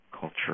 culture